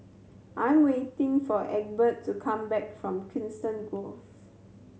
I'm waiting for Egbert to come back from Coniston Grove